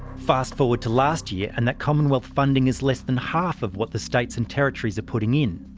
fast forward to last year, and that commonwealth funding is less than half of what the states and territories are putting in.